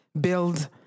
build